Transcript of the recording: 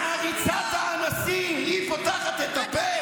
מעריצת האנסים, היא פותחת את הפה.